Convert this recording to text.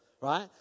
right